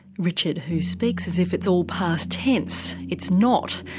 richard, who speaks as if it's all past tense, it's not.